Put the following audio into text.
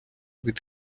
від